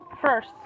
first